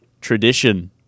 Tradition